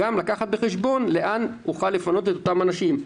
עליי גם לקחת בחשבון כחלק מתרחישים לאן נוכל לפנות את אותם אנשים.